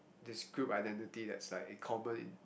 this group identity that is like in common